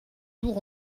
tour